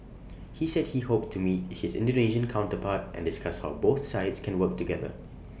he said he hoped to meet his Indonesian counterpart and discuss how both sides can work together